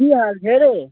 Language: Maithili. की हाल छै रे